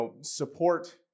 support